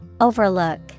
Overlook